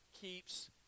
keeps